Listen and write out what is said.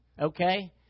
Okay